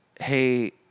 Hey